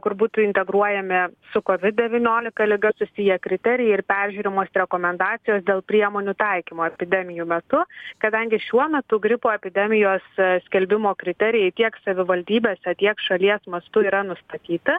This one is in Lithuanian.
kur būtų integruojami su covid devyniolika liga susiję kriterijai ir peržiūrimos rekomendacijos dėl priemonių taikymo epidemijų metu kadangi šiuo metu gripo epidemijos skelbimo kriterijai tiek savivaldybėse tiek šalies mastu yra nustatyta